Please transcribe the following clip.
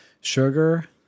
Sugar